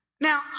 Now